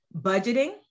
budgeting